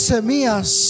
Semías